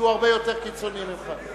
כי הוא הרבה יותר קיצוני ממך.